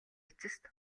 эцэст